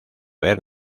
haber